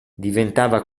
diventava